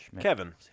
Kevin